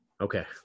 Okay